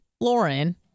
Lauren